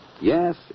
Yes